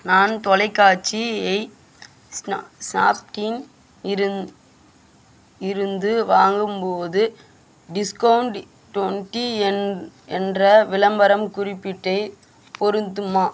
நான் தொலைக்காட்சியை ஸ்னாப்கிங் இருந்து இருந்து வாங்கும்போது டிஸ்கவுண்டு ட்வெண்ட்டி என்ற விளம்பரம் குறிப்பிட்டு பொருந்துமா